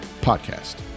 podcast